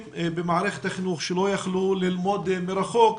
במערכת החינוך שלא יכלו ללמוד מרחוק,